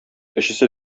өчесе